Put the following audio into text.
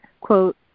quote